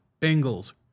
Bengals